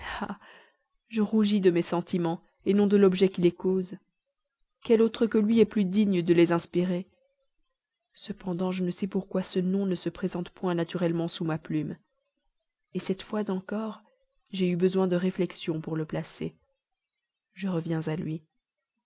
je rougis de mes sentiments non de l'objet qui les cause ah quel autre que lui est plus digne de les inspirer cependant je ne sais pourquoi ce nom ne se présente point naturellement sous ma plume cette fois encore j'ai eu besoin de réflexion pour le placer je reviens à lui